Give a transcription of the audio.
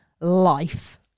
life